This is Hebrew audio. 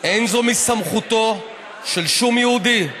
אין זה מסמכותו של שום יהודי,